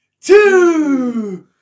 two